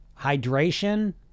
hydration